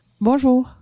Bonjour